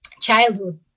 childhood